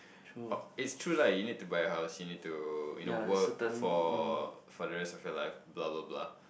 it's true lah you need to buy house you need to you know work for for the rest of your life blah blah blah